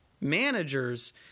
managers